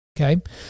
Okay